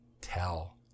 tell